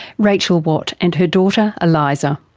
rachel watt, and her daughter, eliza.